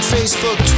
Facebook